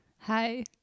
hi